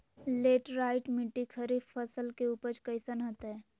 Laterite मिट्टी खरीफ फसल के उपज कईसन हतय?